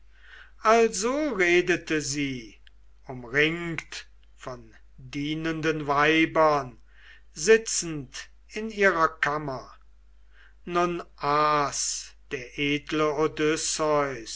also redete sie umringt von dienenden weibern sitzend in ihrer kammer nun aß der edle